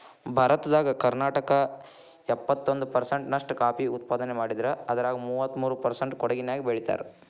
ಭಾರತದಾಗ ಕರ್ನಾಟಕ ಎಪ್ಪತ್ತೊಂದ್ ಪರ್ಸೆಂಟ್ ನಷ್ಟ ಕಾಫಿ ಉತ್ಪಾದನೆ ಮಾಡಿದ್ರ ಅದ್ರಾಗ ಮೂವತ್ಮೂರು ಪರ್ಸೆಂಟ್ ಕೊಡಗಿನ್ಯಾಗ್ ಬೆಳೇತಾರ